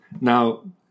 Now